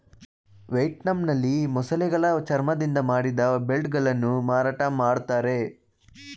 ವಿಯೆಟ್ನಾಂನಲ್ಲಿ ಮೊಸಳೆಗಳ ಚರ್ಮದಿಂದ ಮಾಡಿದ ಬೆಲ್ಟ್ ಗಳನ್ನು ಮಾರಾಟ ಮಾಡ್ತರೆ